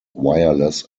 wireless